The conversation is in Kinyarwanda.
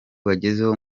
bagezeho